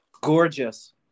Gorgeous